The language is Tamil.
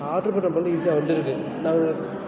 ஆட்ரு பண்ண பொருள் ஈஸியாக வந்திருக்கு நான்